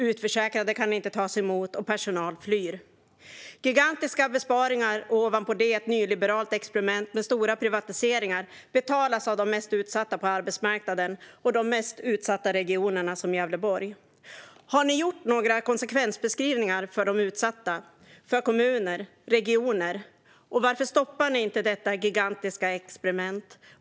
Utförsäkrade kan inte tas emot och personal flyr. Gigantiska besparingar och ovanpå det ett nyliberalt experiment med stora privatiseringar betalas av de mest utsatta på arbetsmarknaden och av de mest utsatta regionerna, som Gävleborg. Har ni gjort några konsekvensbeskrivningar för de utsatta och för kommuner och regioner? Och varför stoppar ni inte detta gigantiska experiment?